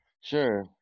Sure